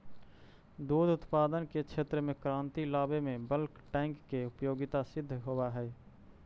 दुध उत्पादन के क्षेत्र में क्रांति लावे में बल्क टैंक के उपयोगिता सिद्ध होवऽ हई